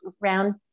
round